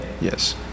Yes